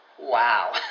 Wow